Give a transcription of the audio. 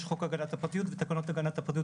יש חוק הגנת הפרטיות ותקנות הגנת הפרטיות,